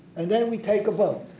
and then we take a vote.